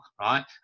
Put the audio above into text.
right